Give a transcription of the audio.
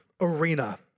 arena